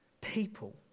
people